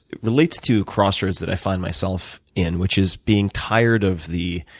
relates to crossroads that i find myself in, which is being tired of the